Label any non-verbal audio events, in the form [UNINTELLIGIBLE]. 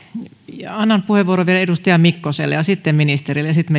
annan puheenvuoron vielä edustaja mikkoselle ja sitten ministerille ja sitten [UNINTELLIGIBLE]